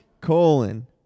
colon